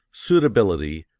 suitability,